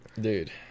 Dude